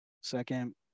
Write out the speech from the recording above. Second